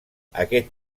aquest